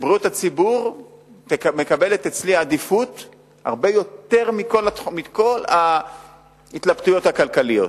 בריאות הציבור מקבלת אצלי עדיפות הרבה יותר מכל ההתלבטויות הכלכליות.